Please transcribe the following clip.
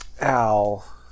Al